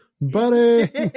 buddy